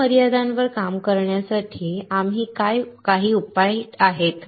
या मर्यादांवर काम करण्यासाठी काही उपाय आहेत